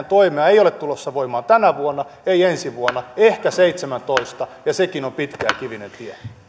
toimea ei ole tulossa voimaan tänä vuonna ei ensi vuonna ehkä seitsemäntoista ja sekin on pitkä ja kivinen tie